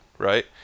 right